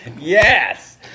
Yes